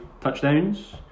touchdowns